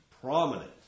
prominent